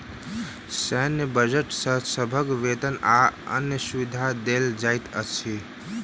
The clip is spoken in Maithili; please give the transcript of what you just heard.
सैन्य बजट सॅ सभक वेतन आ अन्य सुविधा देल जाइत अछि